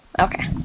okay